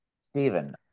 Stephen